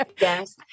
Yes